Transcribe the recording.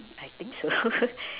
I think so